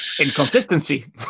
Inconsistency